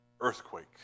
earthquake